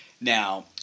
Now